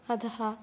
अतः